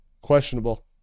questionable